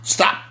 Stop